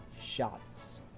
shots